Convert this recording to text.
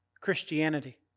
Christianity